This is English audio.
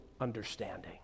understanding